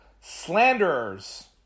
slanderers